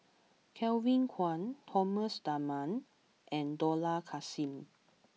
Kevin Kwan Thomas Dunman and Dollah Kassim